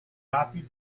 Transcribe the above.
api